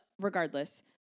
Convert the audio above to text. regardless